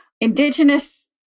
indigenous